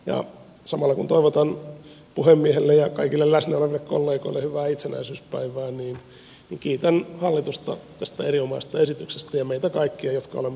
ja samalla kun toivotan puhemiehelle ja kaikille läsnä oleville kollegoille hyvää itsenäisyyspäivää kiitän hallitusta tästä erinomaisesta esityksestä ja meitä kaikkia jotka olemme tätä hyväksymässä